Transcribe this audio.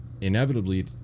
inevitably